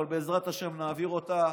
אבל בעזרת השם נעביר אותה